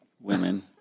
women